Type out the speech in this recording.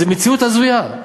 זו מציאות הזויה,